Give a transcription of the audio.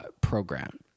program